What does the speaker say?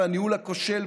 והניהול הכושל,